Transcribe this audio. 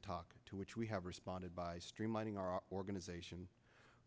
the talk to which we have responded by streamlining our organization